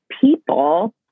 people